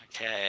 Okay